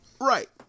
Right